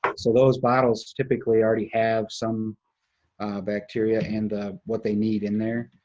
so those bottles typically already have some bacteria and what they need in there.